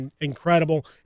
incredible